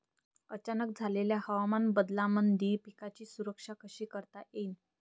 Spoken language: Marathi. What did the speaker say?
अचानक झालेल्या हवामान बदलामंदी पिकाची सुरक्षा कशी करता येईन?